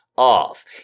off